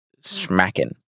smacking